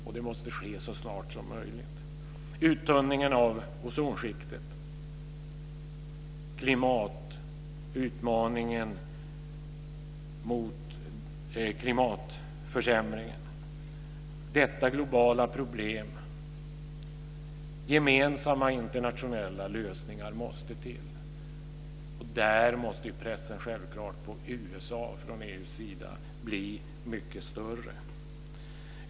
Och det måste ske så snart som möjligt. När det gäller det globala problemet med uttunningen av ozonskiktet och klimatförsämringen så måste gemensamma internationella lösningar ske. Och där måste självklart pressen på USA från EU:s sida bli mycket större.